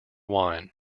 wine